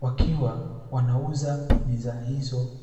wakiwa wanauza bidhaa hizo.